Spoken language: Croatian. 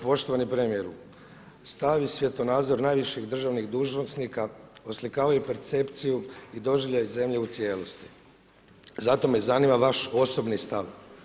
Poštovani premijeru, stav i svjetonazor najviših državnih dužnosnika oslikavaju percepciju i doživljaj zemlje u cijelosti, zato me zanima vaš osobni stav.